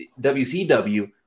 WCW